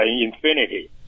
infinity